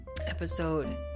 episode